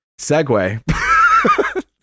segue